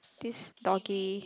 this doggy